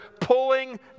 pulling